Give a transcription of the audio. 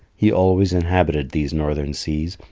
he always inhabited these northern seas,